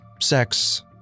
sex